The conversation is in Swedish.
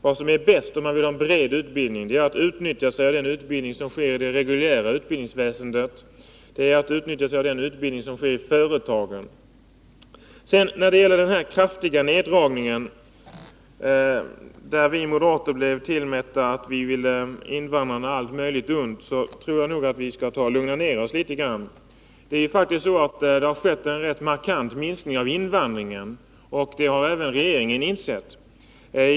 Vad som är bäst om man vill ha en bred utbildning är att utnyttja den utbildning som sker i det reguljära utbildningsväsendet och den utbildning som sker i företagen. Beträffande den ”kraftiga neddragningen” beskylldes vi moderater för att vilja invandrarna allt möjligt ont. Jag tror nog att vi skall lugna ned oss litet grandi detta sammanhang. Det är faktiskt så att det har skett en rätt markant minskning av invandringen, och det har även regeringen insett.